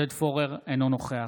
אינו נוכח